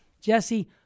Jesse